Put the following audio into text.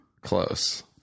Close